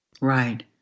right